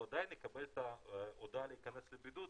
הוא עדיין יקבל את ההודעה להיכנס לבידוד,